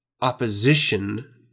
opposition